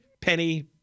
penny